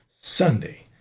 Sunday